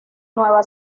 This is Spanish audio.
nueva